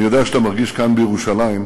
אני יודע שאתה מרגיש כאן, בירושלים,